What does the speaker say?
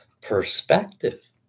Perspective